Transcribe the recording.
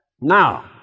Now